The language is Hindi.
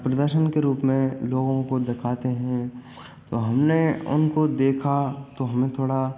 प्रदर्शन के रूप में लोगों को दिखाते हैं तो हमने उनको देखा तो हमने थोड़ा